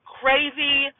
crazy